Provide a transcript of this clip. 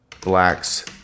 blacks